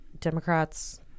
democrats